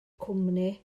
cwmni